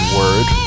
word